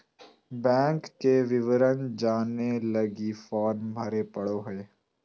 bank के विवरण जाने लगी फॉर्म भरे पड़ो हइ